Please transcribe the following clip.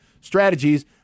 strategies